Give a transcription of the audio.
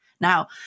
Now